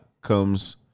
comes